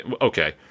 Okay